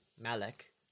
malek